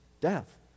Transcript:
death